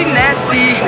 nasty